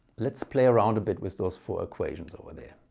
let's play around a bit with those four equations over there.